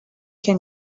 can